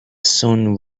sun